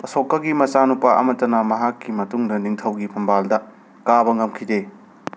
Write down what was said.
ꯑꯥꯁꯣꯀꯥꯒꯤ ꯃꯆꯥ ꯅꯨꯄꯥ ꯑꯃꯇꯅ ꯃꯍꯥꯛꯀꯤ ꯃꯇꯨꯡꯗ ꯅꯤꯡꯊꯧꯒꯤ ꯐꯝꯕꯥꯜꯗ ꯀꯥꯕ ꯉꯝꯈꯤꯗꯦ